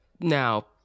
now